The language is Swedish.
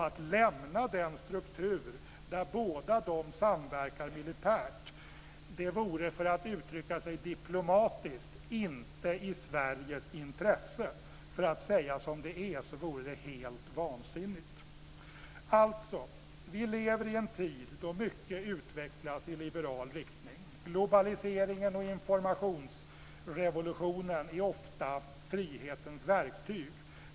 Att lämna den struktur där de båda samverkar militärt vore för att uttrycka sig diplomatiskt inte i Sveriges intresse. För att säga som det är vore det helt vansinnigt. Alltså: Vi lever i en tid då mycket utvecklas i liberal riktning. Globaliseringen och informationsrevolutionen är ofta frihetens verktyg.